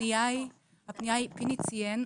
פיני ציין.